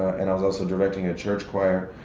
and i was also directing a church choir,